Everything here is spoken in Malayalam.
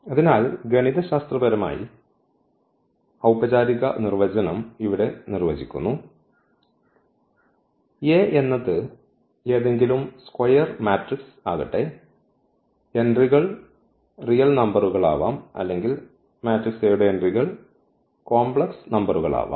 അതിനാൽ ഗണിതശാസ്ത്രപരമായ ഔപചാരിക നിർവചനം ഇവിടെ നിർവ്വചിക്കുന്നു A എന്നത് ഏതെങ്കിലും സ്ക്വയർ മാട്രിക്സ് ആകട്ടെ എൻട്രികൾ റിയൽ നമ്പറുകൾ ആവാം അല്ലെങ്കിൽ മാട്രിക്സ് A യുടെ എൻട്രികൾ കോംപ്ലക്സ് നമ്പറുകൾ ആവാം